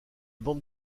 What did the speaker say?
bandes